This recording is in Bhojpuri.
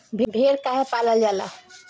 भेड़ काहे पालल जाला?